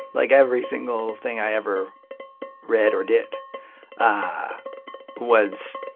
like every single thing i ever read or did ah was